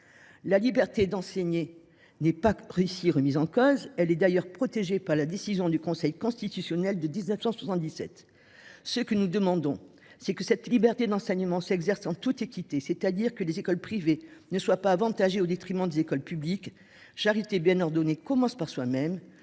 La liberté de l’enseignement n’est pas remise en cause par ce texte. Elle est d’ailleurs protégée par la décision du Conseil constitutionnel de 1977. Ce que nous demandons, c’est qu’elle s’exerce en toute équité et que les écoles privées ne soient pas avantagées au détriment des écoles publiques. Charité bien ordonnée commence par soi même.